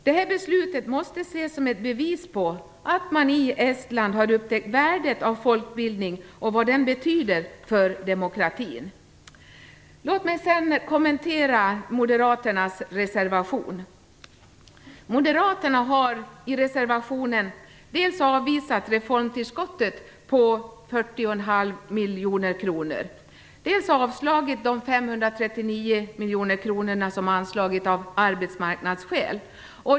Detta beslut måste ses som ett bevis på att man i Estland har upptäckt värdet av folkbildning och vad den betyder för demokratin. Låt mig sedan kommentera moderaternas reservation. Moderaterna har i reservationen dels avvisat reformtillskottet på 40,5 miljoner kronor, dels avstyrkt de 539 miljoner kronor som föreslagits av arbetsmarknadsskäl.